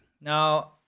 Now